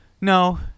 no